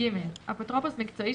"(ג) אפוטרופוס מקצועי,